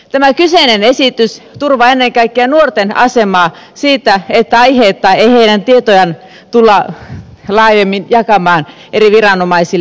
tämä kyseinen esitys turvaa ennen kaikkea nuorten asemaa siinä että aiheetta ei heidän tietojaan tulla laajemmin jakamaan eri viranomaisille